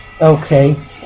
Okay